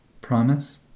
Promise